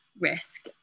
risk